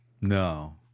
No